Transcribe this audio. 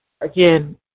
again